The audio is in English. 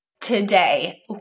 Today